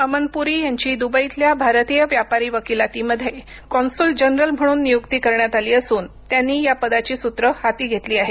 अमन पुरी यांची दुबईतल्या भारतीय व्यापारी वकिलातीमध्ये कॉन्सुल जनरल म्हणून नियुक्ती कण्यात आली असून त्यांनी या पदाची सूत्र हाती घेतली आहेत